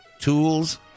tools